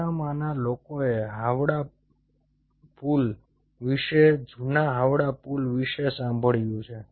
તમારામાંના લોકોએ હાવડા પુલ વિશે જૂના હાવડા પુલ વિશે સાંભળ્યું છે